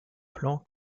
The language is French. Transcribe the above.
plan